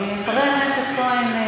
חבר הכנסת כהן,